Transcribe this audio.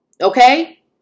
Okay